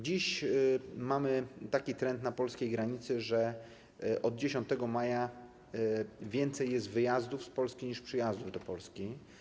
Dziś mamy taki trend na polskiej granicy, że od 10 maja więcej jest wyjazdów z Polski niż przyjazdów do Polski.